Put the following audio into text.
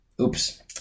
Oops